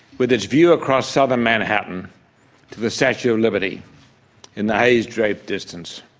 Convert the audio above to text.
with its view across southern manhattan to the statue of liberty in the haze-draped distance,